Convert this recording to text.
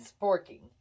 Sporking